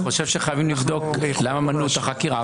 אני חושב שחייבים לבדוק למה מנעו את החקירה.